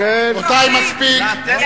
אבל להסיר אחריות מאזרחים.